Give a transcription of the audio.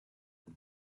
cada